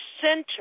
center